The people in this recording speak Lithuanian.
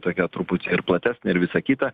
tokia truputį ir platesnė ir visa kita